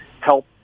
help